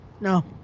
no